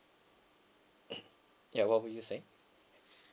ya what were you saying